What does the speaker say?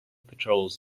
patrols